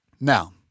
Now